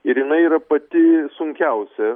ir jinai yra pati sunkiausia